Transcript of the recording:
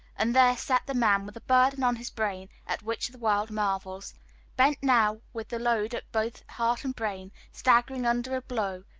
and there sat the man, with a burden on his brain at which the world marvels bent now with the load at both heart and brain staggering under a blow